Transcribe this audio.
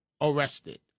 arrested